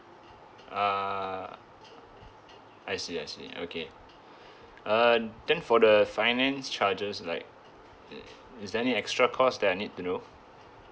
ah I see I see okay uh then for the finance charges like uh is there any extra cost that I need to know